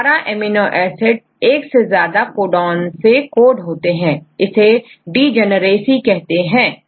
18 amino acid एक से ज्यादा कोडॉन से कोड होते हैं इसे degeneracy कहते हैं